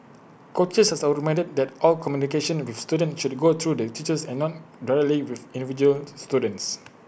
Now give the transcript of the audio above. coaches are also reminded that all communication with students should go through the teachers and not directly with individual students